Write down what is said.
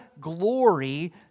glory